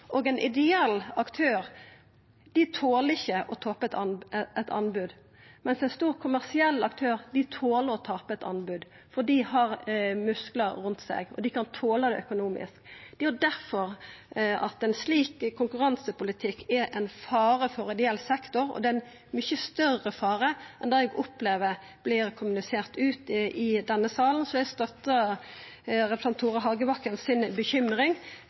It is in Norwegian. anbod, mens store, kommersielle aktørar tåler å tape eit anbod, for dei har musklar rundt seg og tåler det økonomisk. Det er difor ein slik konkurransepolitikk er ein fare for ideell sektor – ein mykje større fare enn det eg opplever vert kommunisert ut i denne salen. Så eg støttar bekymringa frå representanten Tore Hagebakken,